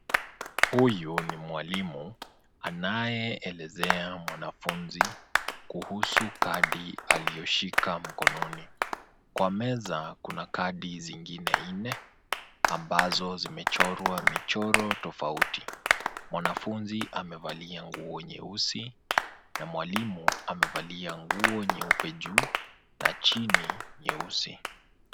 Huyu ni mwalimu anayeelezea mwanfunzi kuhusu kadi aliyoshika mkononi. Kwa meza kuna kadi zingine nne ambazo zimechorwa michoro tofauti. Mwanafunzi amevalia nguo nyeusi na mwalimu amevalia nguo nyeupe juu na chini nyeusi.